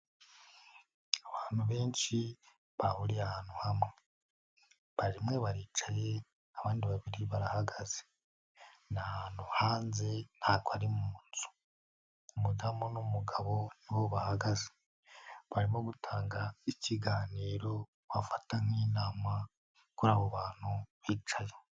Abantu benshi bahuriye ahantu hamwe, bamwe baricaye abandi babiri barahagaze, ni ahantu hanze ntago ari munzu, umudamu n'umugabo nibo bahagaze, barimo gutanga ikiganiro bafata nk'inama kuri abo bantu bicaye.